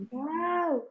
wow